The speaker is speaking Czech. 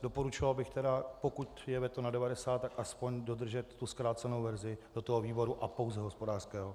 Doporučoval bych tedy, pokud je veto na 90, tak aspoň dodržet tu zkrácenou verzi do výboru a pouze hospodářského.